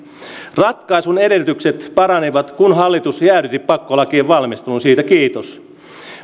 ratkaisun edellytykset paranivat kun hallitus jäädytti pakkolakien valmistelun siitä kiitos